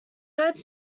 had